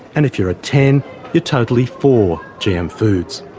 and if you're a ten you're totally for gm foods.